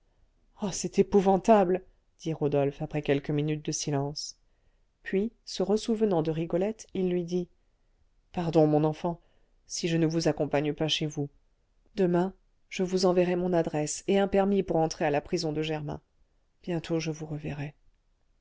ah c'est épouvantable dit rodolphe après quelques minutes de silence puis se ressouvenant de rigolette il lui dit pardon mon enfant si je ne vous accompagne pas chez vous demain je vous enverrai mon adresse et un permis pour entrer à la prison de germain bientôt je vous reverrai